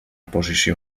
posició